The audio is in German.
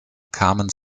carmen